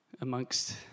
amongst